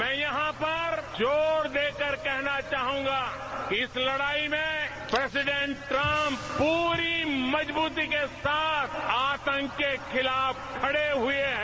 मैं यहां पर जोर देकर कहना चाहूंगा कि इस लड़ाई में प्रेजीडेंट ट्रम्प पूरी मजबूती के साथ आतंक के खिलाफ खड़े हुए हैं